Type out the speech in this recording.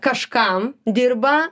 kažkam dirba